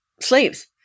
slaves